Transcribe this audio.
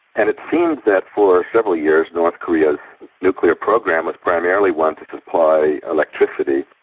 and it seemed that for several years, north korea's nuclear program was primarily one to to supply electricity,